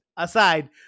Aside